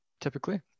typically